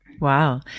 Wow